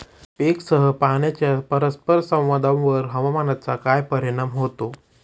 पीकसह पाण्याच्या परस्पर संवादावर हवामानाचा काय परिणाम होतो?